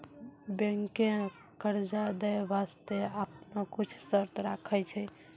बैंकें कर्जा दै बास्ते आपनो कुछ शर्त राखै छै